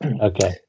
Okay